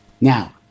Now